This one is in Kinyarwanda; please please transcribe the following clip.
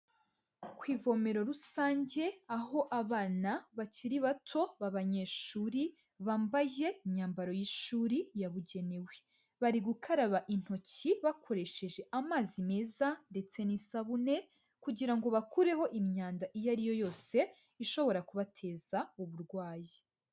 Ku ivomero rusange aho abana bakiri bato b'abanyeshuri bambaye imyambaro y'ishuri yabugenewe, bari gukaraba intoki bakoresheje amazi meza ndetse n'isabune kugira ngo bakureho imyanda iyo ari yo yose ishobora kubateza uburwayi.